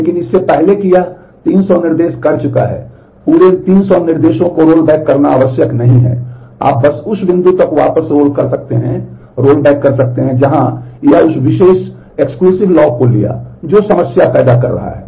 लेकिन इससे पहले कि यह 300 निर्देश कर चुका है पूरे 300 निर्देशों को रोलबैक करना आवश्यक नहीं है आप बस उस बिंदु तक वापस रोल कर सकते हैं जहां यह उस विशेष लॉक को लिया जो समस्या पैदा कर रहा है